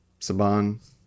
Saban